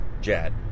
Jad